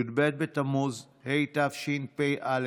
י"ב בתמוז התשפ"א,